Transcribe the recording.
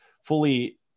fully